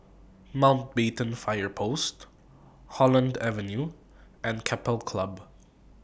Mountbatten Fire Post Holland Avenue and Keppel Club